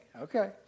okay